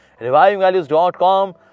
revivingvalues.com